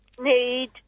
need